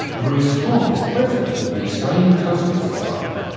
bruce thom is president of the australian coastal society.